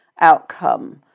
outcome